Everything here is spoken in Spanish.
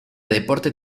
deportes